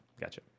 gotcha